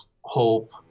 hope